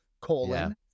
colon